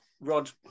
Rod